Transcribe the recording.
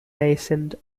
nascent